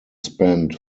spent